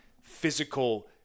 physical